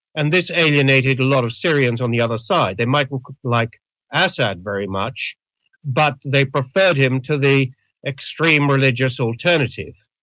and this alienated a lot of syrians on the other side. they mightn't like assad very much but they preferred him to the extreme religious alternative,